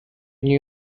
new